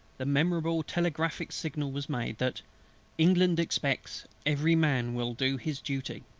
the memorable telegraphic signal was made, that england expects every man will do his duty,